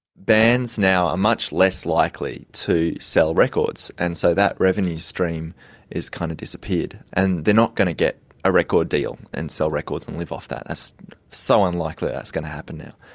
bands now are much less likely to sell records, and so that revenue stream is kind of disappeared, and they're not going to get a record deal, and sell records and live off that. that's so unlikely that's going to happen now.